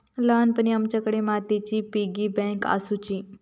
ल्हानपणी आमच्याकडे मातीची पिगी बँक आसुची